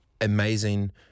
amazing